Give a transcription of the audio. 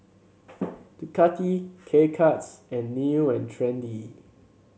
Ducati K Cuts and New And Trendy